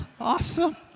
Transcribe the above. awesome